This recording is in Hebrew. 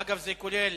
אגב, זה כולל